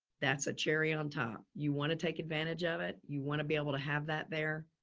that's a cherry on um top. you want to take advantage of it. you want to be able to have that there,